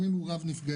גם אם הוא רב נפגעים.